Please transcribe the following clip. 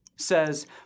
says